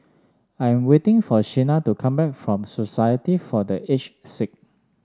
I am waiting for Shenna to come back from Society for The Aged Sick